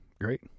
great